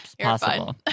possible